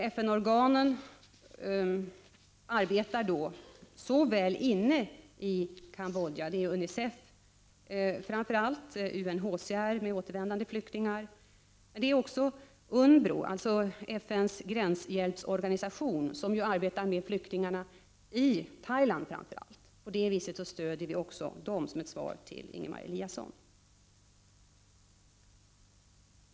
FN-organen arbetar såväl inne i Cambodja som utanför landet. Det är framför allt fråga om UNICEF och UNHCR, som arbetar med återvändande flyktingar, men också UNBRO, FN:s gränshjälpsorganisation, som huvudsakligen arbetar med flyktingarna i Thailand. På detta vis stöder Sverige även de flyktingarna — detta sagt som ett svar till Ingemar Eliasson.